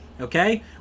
okay